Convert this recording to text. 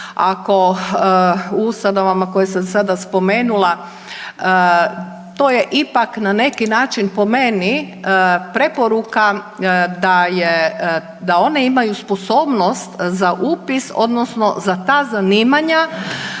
ako u ustanovama koje sam sada spomenula to je ipak na neki način po meni preporuka da je, da one imaju sposobnost za upis odnosno za ta zanimanja,